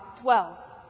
dwells